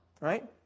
Right